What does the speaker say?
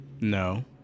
No